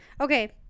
Okay